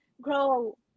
grow